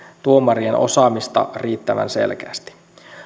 tuomarien osaamista riittävän selkeästi